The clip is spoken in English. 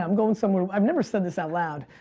um going somewhere. i've never said this out loud.